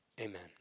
amen